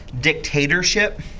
dictatorship